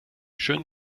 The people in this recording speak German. schönen